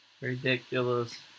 Ridiculous